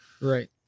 Right